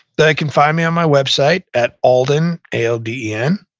they can find me on my website at alden, a l d e n,